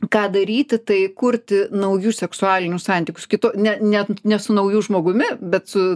ką daryti tai kurti naujus seksualinius santykius kito ne ne ne su nauju žmogumi bet su